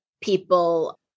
people